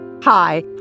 Hi